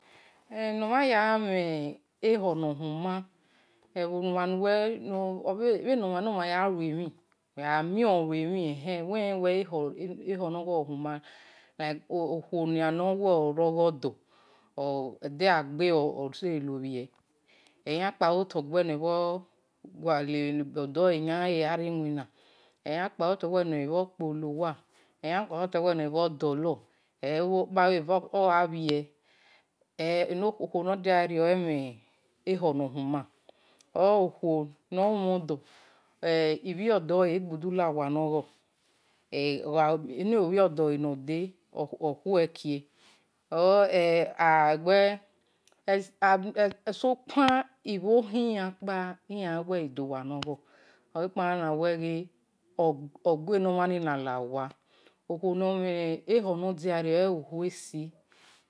Eh no-mhan ya mhe-ekhor no humbhe no-mhon nomhan yalu emhin, uwe gha mie uwi we enokhuo na owo huma okhuo no-we ole rogho do-edegha gbe oseye lobhie eyan we no-kpa bho to luemhin eyan kpa-bho to no kpolo, eyan dolor eni okhuo nodia rio emhen ekhon ni huma or okhu no nomhon-odor ibhio dele egbudu lanowa no ye obhie odole non de okhue kie or agha we sokpan ibhokhi-yan kpa dowa nogho olekpa oyan giha na-ha owa okhao no mhen eho no diario eyo-okhue si.